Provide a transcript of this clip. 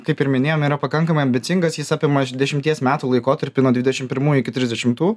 kaip ir minėjom yra pakankamai ambicingas jis apima dešimties metų laikotarpį nuo dvidešim pirmų iki trisdešimtų